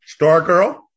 Stargirl